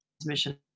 transmission